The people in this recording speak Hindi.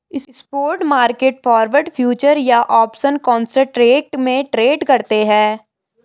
स्पॉट मार्केट फॉरवर्ड, फ्यूचर्स या ऑप्शंस कॉन्ट्रैक्ट में ट्रेड करते हैं